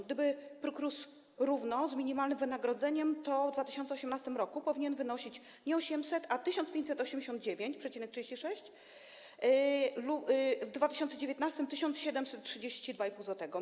Gdyby próg rósł równo z minimalnym wynagrodzeniem, to w 2018 r. powinien wynosić nie 800 zł, a 1589,36 zł, w 2019 r. - 1732,5 zł.